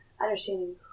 understanding